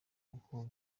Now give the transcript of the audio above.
kuko